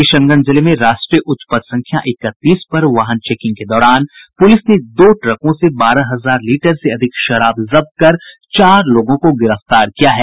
किशनगंज जिले में राष्ट्रीय उच्च पथ संख्या इकतीस पर वाहन चेकिंग के दौरान पुलिस ने दो ट्रकों से बारह हजार लीटर से अधिक शराब जब्त कर चार लोगों को गिरफ्तार किया है